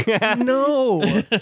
no